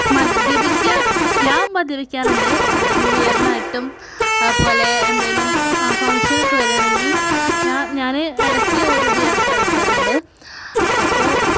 മദ്യപിക്കുക ഞാന് മദ്യപിക്കാറുണ്ട് ന്യൂ യറിനായിട്ടും അതുപോലെ എന്തെങ്കിലും ഫങ്ഷനൊക്കെ വരികയാണെങ്കിൽ ഞാൻ ഇടക്ക് ഒരു ബിയറൊക്കെ കഴിക്കാറുണ്ട് അപ്പോൾ